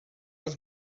els